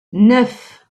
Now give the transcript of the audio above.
neuf